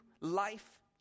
life